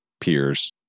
peers